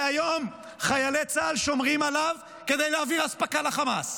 והיום חיילי צה"ל שומרים עליו כדי להעביר אספקה לחמאס.